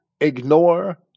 ignore